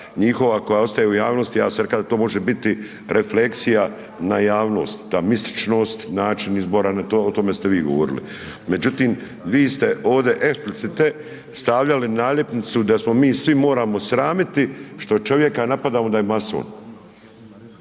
njihova koja ostaje u javnost, ja sam rekao da to može biti refleksija na javnost, ta mističnost, načini izbora, o tome ste vi govorili međutim vi ste ovdje explicite stavljali naljepnicu da se mi svi moramo sramiti što čovjeka napadamo da je mason.